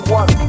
one